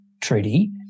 treaty